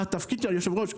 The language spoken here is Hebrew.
היושב-ראש,